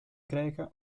greca